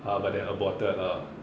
!huh! but then aborted lah